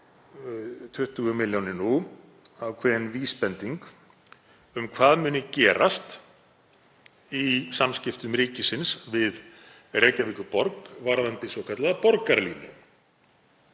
120 milljónir nú er því ákveðin vísbending um hvað muni gerast í samskiptum ríkisins við Reykjavíkurborg varðandi svokallaða borgarlínu,